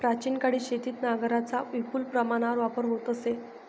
प्राचीन काळी शेतीत नांगरांचा विपुल प्रमाणात वापर होत असे